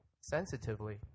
sensitively